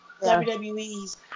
WWE's